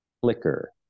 flicker